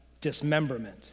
dismemberment